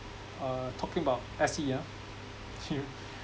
uh talking about S_E ah chill